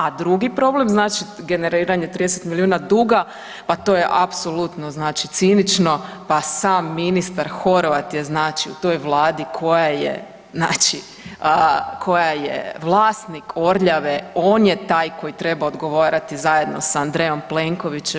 A drugi problem, znači generiranje 30 miliona duga, pa to je apsolutno znači cinično, pa sam ministar Horvat je znači u toj Vladi koja je znači, koja je vlasnik Orljave, on je taj koji treba odgovarati zajedno sa Andrejom Plenkovićem.